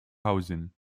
housing